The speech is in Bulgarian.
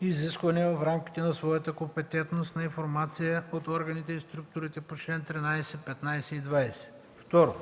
изискване в рамките на своята компетентност на информация от органите и структурите по чл. 13, 15 и 20; 2.